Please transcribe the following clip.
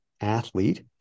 athlete